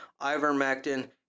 ivermectin